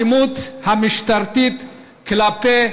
האלימות המשטרתית כלפי